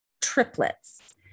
triplets